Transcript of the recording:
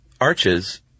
Arches